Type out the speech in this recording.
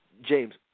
James